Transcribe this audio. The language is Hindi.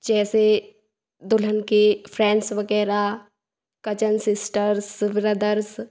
जैसे दुल्हन के फ्रेंड्स वगैरह कजन सिस्टर्स ब्रदर्स